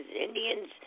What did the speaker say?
Indians